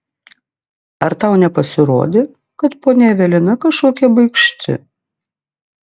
ar tau nepasirodė kad ponia evelina kažkokia baikšti